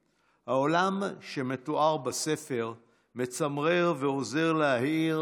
כי האוטובוס שלהם תקוע,